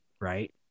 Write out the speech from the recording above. Right